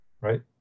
right